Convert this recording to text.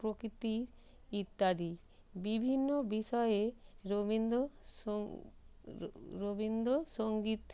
প্রকৃতি ইত্যাদি বিভিন্ন বিষয়ে রবীন্দ্র সোং রো রবীন্দ্র সঙ্গীত